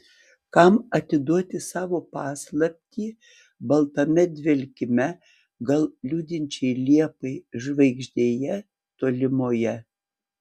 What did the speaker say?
kam atiduodi savo paslaptį baltame dvelkime gal liūdinčiai liepai žvaigždėje tolimoje